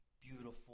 beautiful